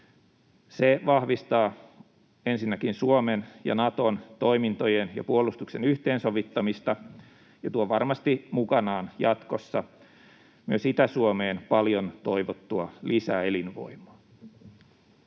vahvistaa Suomen ja Naton toimintojen ja puolustuksen yhteensovittamista ja myös tuo varmasti mukanaan jatkossa Itä-Suomeen paljon toivottua lisäelinvoimaa.